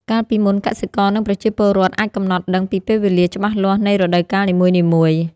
កាលពីមុន កសិករនិងប្រជាពលរដ្ឋអាចកំណត់ដឹងពីពេលវេលាច្បាស់លាស់នៃរដូវកាលនីមួយៗ។